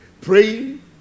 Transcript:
praying